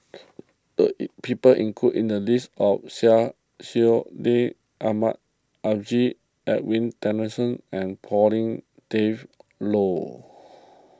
the people included in the list of Syed Sheikh Ahmad Al Edwin Tessensohn and Pauline Dawn Loh